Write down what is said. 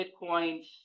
Bitcoin